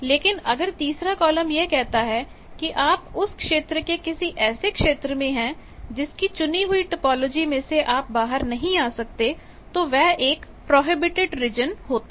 लेकिन अगर तीसरा कॉलम यह कहता है कि आप उस क्षेत्र के किसी ऐसे क्षेत्र में है जिस की चुनी हुई टोपोलॉजी में से आप बाहर नहीं आ सकते तो वह एक प्रोहिबिटेड रीजन होता है